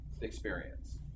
experience